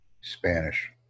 Spanish